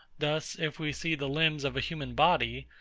thus, if we see the limbs of a human body,